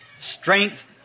Strength